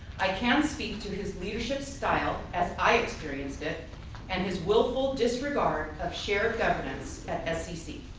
i can speak to his leadership style as i experienced it and his willful disregard of shared governance at scc.